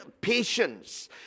patience